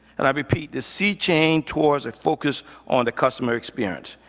and i repeat, this sea-change towards a focus on the customer experience.